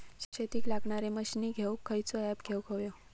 शेतीक लागणारे मशीनी घेवक खयचो ऍप घेवक होयो?